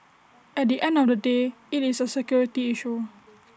at the end of the day IT is A security issue